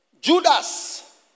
Judas